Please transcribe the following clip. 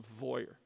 voyeur